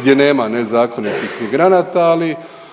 gdje nema nezakonitih migranata ali